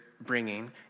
bringing